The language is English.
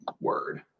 Word